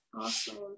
Awesome